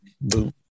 Boom